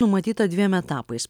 numatyta dviem etapais